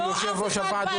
הוא יושב-ראש הוועד,